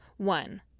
One